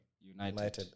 United